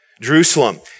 Jerusalem